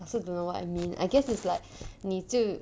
I also don't know what I mean I guess it's like 你就